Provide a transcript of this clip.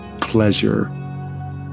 pleasure